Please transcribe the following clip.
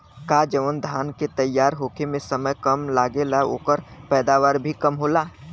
का जवन धान के तैयार होखे में समय कम लागेला ओकर पैदवार भी कम होला?